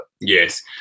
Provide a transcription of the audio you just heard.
Yes